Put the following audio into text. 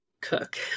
cook